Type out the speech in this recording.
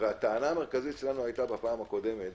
הרי הטענה המרכזית שלנו היתה בפעם הקודמת